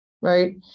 right